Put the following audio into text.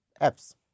apps